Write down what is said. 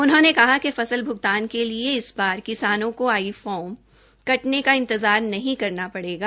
उन्होंने कहा कि फसल भ्रगतान के लिए इस बार किसानों को आई फॉर्म कटने का इंतजार नहीं करना पड़ेगा